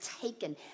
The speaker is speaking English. taken